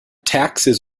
taxes